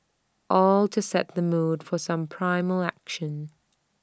all to set the mood for some primal action